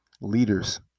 Leaders